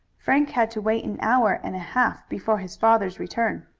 frank had to wait an hour and a half before his father's return.